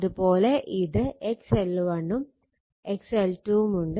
അത്പോലെ ഇത് x l1 ഉം x l2 ഉം ഉണ്ട്